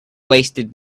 wasted